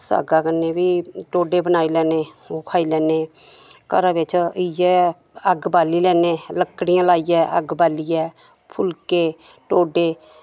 saga कन्नै बी ढोड्डे बनाई लैने ओह् खाई लैने घरा बिच इ'यै अग्ग बाली लैने लकड़ियां लाइयै अग्ग बालियै फुलके ढोड्डे